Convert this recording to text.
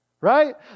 Right